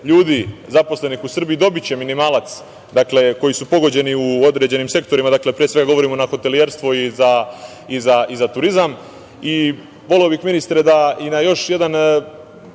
ljudi zaposlenih u Srbiji dobiće minimalac, koji su pogođeni u određenim sektorima. Pre svega, govorim o hotelijerstvu i za turizam. Voleo